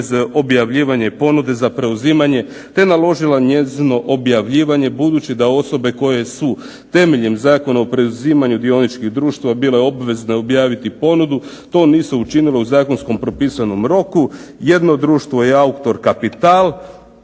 objavljivanje i ponude za preuzimanje, te naložila njezino objavljivanje budući da osobe koje su temeljem Zakona o preuzimanju dioničkih društava bile obvezne objaviti ponudu to nisu učinile u zakonskom, propisanom roku. Jedno društvo je Auktor kapital,